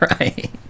Right